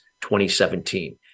2017